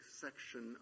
section